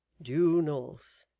due north.